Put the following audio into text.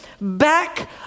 back